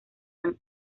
san